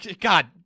God